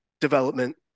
development